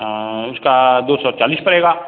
हाँ उसका दो सौ चालीस पड़ेगा